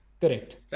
Correct